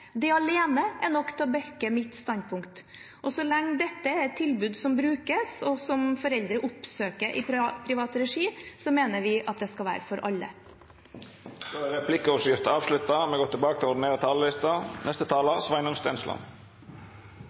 Det alene er nok til å «backe» mitt standpunkt. Så lenge dette er tilbud som brukes, og som foreldre oppsøker i privat regi, mener vi at det skal være for alle. Replikkordskiftet er avslutta. Bioteknologien skaper både nye muligheter og etiske dilemmaer. I Høyre legger vi til